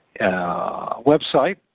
website